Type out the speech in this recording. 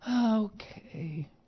okay